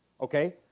Okay